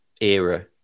era